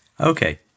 Okay